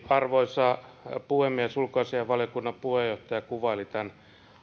arvoisa puhemies ulkoasiainvaliokunnan puheenjohtaja kuvaili tämän